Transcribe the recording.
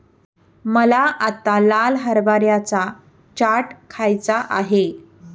मला आत्ता लाल हरभऱ्याचा चाट खायचा आहे